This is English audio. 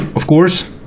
of course,